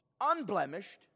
unblemished